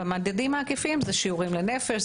המדדים העקיפים זה שיעורים לנפש,